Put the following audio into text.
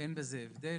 אין הבדל.